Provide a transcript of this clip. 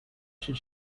should